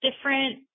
different